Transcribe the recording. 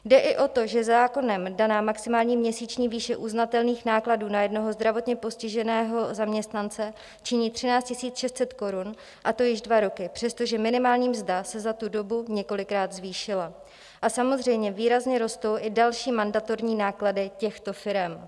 Jde i o to, že zákonem daná maximální měsíční výše uznatelných nákladů na jednoho zdravotně postiženého zaměstnance činí 13 600 korun, a to již dva roky, přestože minimální mzda se za tu dobu několikrát zvýšila a samozřejmě výrazně rostou i další mandatorní náklady těchto firem.